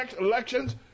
elections